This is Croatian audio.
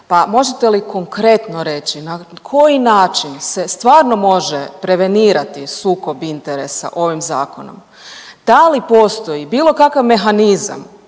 pa možete li konkretno reći, na koji način se stvarno može prevenirati sukob interesa ovim Zakonom? Da li postoji bilo kakav mehanizam